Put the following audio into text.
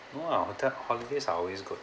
no lah hotel holidays are always good